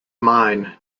mine